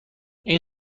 این